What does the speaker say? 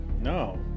No